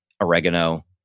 oregano